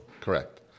Correct